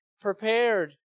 prepared